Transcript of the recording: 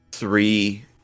Three